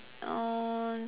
uh